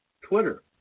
Twitter